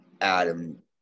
Adam